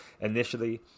initially